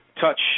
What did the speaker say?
touch